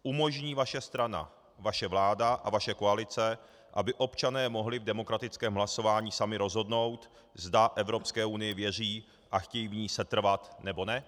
Umožní vaše strana, vaše vláda a vaše koalice, aby občané mohli v demokratickém hlasování sami rozhodnout, zda Evropské unii věří a chtějí v ní setrvat, nebo ne?